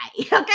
okay